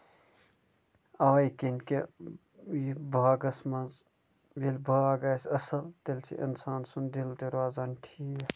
اَوے کِنۍ کہِ یہِ باغَس منٛز ییٚلہِ باغ آسہِ اَصٕل تیٚلہِ چھُ اِنسان سُنٛد دِل تہِ روزان ٹھیٖک